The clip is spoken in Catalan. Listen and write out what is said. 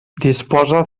disposa